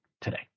today